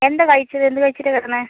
എന്താണ് കഴിച്ചത് എന്ത് കഴിച്ചിട്ടാണ് കിടന്നത്